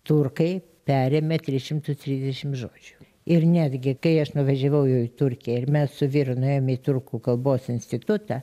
turkai perėmė tris šimtus trisdešim žodžių ir netgi kai aš nuvažiavau jau į turkiją ir mes su vyru nuėjom į turkų kalbos institutą